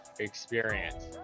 experience